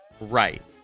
right